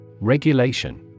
Regulation